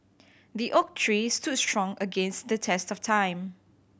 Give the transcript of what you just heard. the oak tree stood strong against the test of time